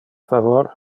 favor